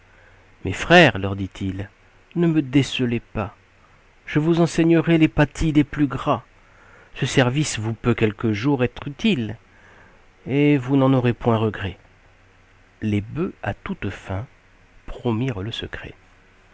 mes frères leur dit-il ne me décelez pas je vous enseignerai les pâtis les plus gras ce service vous peut quelque jour être utile et vous n'en aurez point regret les bœufs à toute fin promirent le secret